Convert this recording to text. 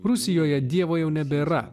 rusijoje dievo jau nebėra